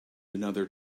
another